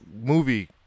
movie